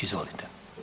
Izvolite.